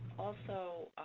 also,